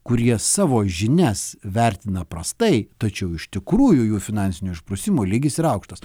kurie savo žinias vertina prastai tačiau iš tikrųjų jų finansinio išprusimo lygis yra aukštas